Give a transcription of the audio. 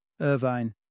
Irvine